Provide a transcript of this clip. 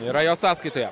yra jo sąskaitoje